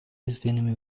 izlenimi